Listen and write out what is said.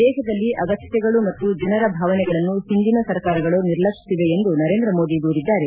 ದೇಶದಲ್ಲಿ ಅಗತ್ಯತೆಗಳು ಮತ್ತು ಜನರ ಭಾವನೆಗಳನ್ನು ಹಿಂದಿನ ಸರ್ಕಾರಗಳು ನಿರ್ಲಕ್ಷಿಸಿವೆ ಎಂದು ನರೇಂದ್ರ ಮೋದಿ ದೂರಿದ್ದಾರೆ